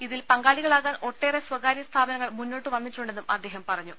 ഇതിൽ പങ്കാളികളാകാൻ ഒട്ടേറെ സ്ഥകാ ര്യസ്ഥാപനങ്ങൾ മുന്നോട്ടു വന്നിട്ടുണ്ടെന്നും അദ്ദേഹം പറ ഞ്ഞു